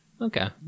Okay